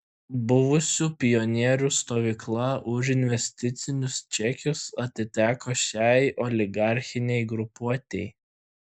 buvusių pionierių stovykla už investicinius čekius atiteko šiai oligarchinei grupuotei